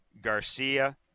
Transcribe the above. Garcia